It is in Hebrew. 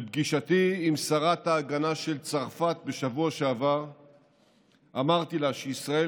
בפגישתי עם שרת ההגנה של צרפת בשבוע שעבר אמרתי לה שישראל